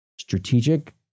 strategic